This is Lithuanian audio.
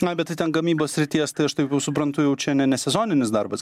na bet tai ten gamybos srities tai aš taip jau suprantu jau čia ne sezoninis darbas